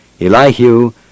Elihu